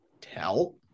tell